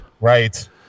right